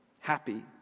happy